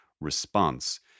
response